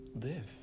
live